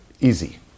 easy